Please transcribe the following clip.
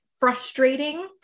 Frustrating